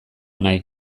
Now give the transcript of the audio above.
nahi